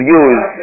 use